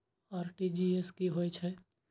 RTGS की होय छै